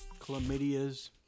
chlamydia's